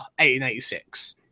1886